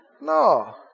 No